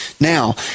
now